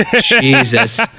Jesus